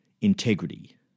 integrity